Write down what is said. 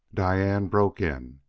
diane broke in.